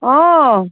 অঁ